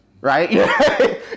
Right